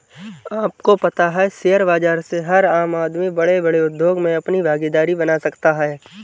आपको पता है शेयर बाज़ार से हर आम आदमी बडे़ बडे़ उद्योग मे अपनी भागिदारी बना सकता है?